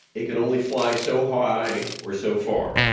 it can only fly so high or so far.